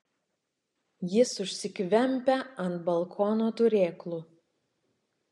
jis užsikvempia ant balkono turėklų